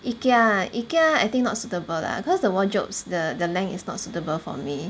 Ikea ah Ikea I think not suitable lah cause the wardrobes the the length is not suitable for me